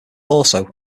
also